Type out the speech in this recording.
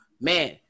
Man